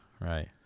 Right